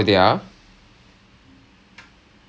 ya janani is doing psychology also